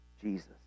Jesus